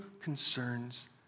concerns